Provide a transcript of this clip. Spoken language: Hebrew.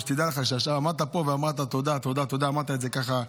עמדת פה ואמרת תודה, תודה, תודה.